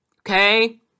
Okay